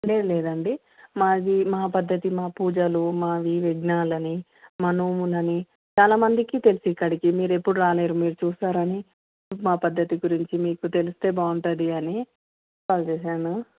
లేదు లేదండి మాది మా పద్ధతి మా పూజలు మావి యజ్ఞాలు అని మా నోములు అని చాలామందికి తెలుసు ఇక్కడికి మీరు ఎప్పుడు రాలేదు మీరు చూస్తారని మా పద్ధతి గురించి మీకు తెలిస్తే బాగుంటుంది అని కాల్ చేసాను